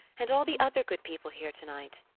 and all the other good people here tonight.